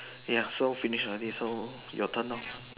ya so finish already so your turn loh